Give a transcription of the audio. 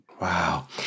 Wow